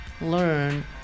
learn